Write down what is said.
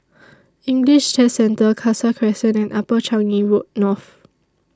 English Test Centre Khalsa Crescent and Upper Changi Road North